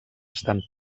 estan